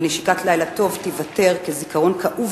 ונשיקת לילה טוב תיוותר כזיכרון כאוב